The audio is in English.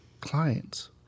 clients